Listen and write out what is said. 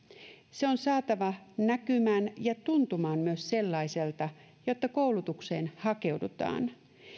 se on saatava näkymään ja myös tuntumaan sellaiselta jotta koulutukseen hakeudutaan